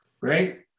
right